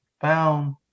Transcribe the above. found